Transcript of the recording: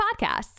podcasts